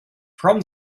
from